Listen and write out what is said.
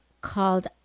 called